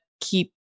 keep